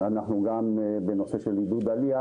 בתהליך